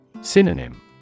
Synonym